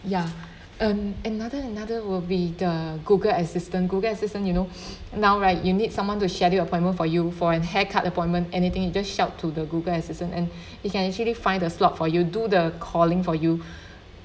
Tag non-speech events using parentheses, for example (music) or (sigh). ya um another another will be the google assistant google assistant you know (breath) now right you need someone to schedule appointment for you for an haircut appointment anything you just shout to the google assistant and (breath) it can actually find a slot for you do the calling for you